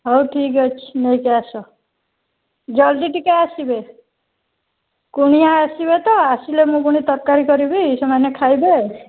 ହଉ ଠିକ୍ ଅଛି ନେଇକି ଆସ ଜଲଦି ଟିକେ ଆସିବେ କୁଣିଆ ଆସିବେ ତ ଆସିଲେ ମୁଁ ପୁଣି ତରକାରୀ କରିବି ସେମାନେ ଖାଇବେ